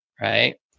Right